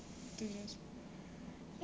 to be h~